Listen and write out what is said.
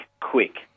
quick